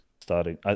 starting